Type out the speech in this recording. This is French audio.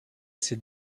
ses